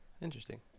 Interesting